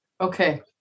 Okay